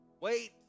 Wait